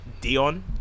Dion